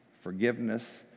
forgiveness